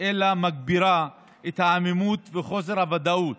אלא מגבירה את העמימות וחוסר הוודאות,